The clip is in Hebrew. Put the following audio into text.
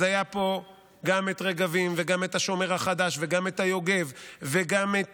היה פה גם את רגבים וגם את השומר החדש וגם את היוגב וגם את